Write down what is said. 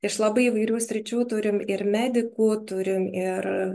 iš labai įvairių sričių turim ir medikų turim ir